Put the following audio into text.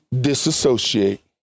disassociate